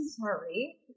sorry